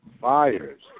fires